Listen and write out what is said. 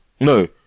no